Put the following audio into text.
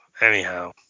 Anyhow